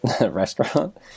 restaurant